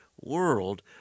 world